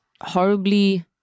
horribly